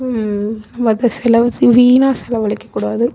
நம்ம அதை செலவு வீணாக செலவழிக்க கூடாது